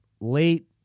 late